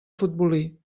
futbolí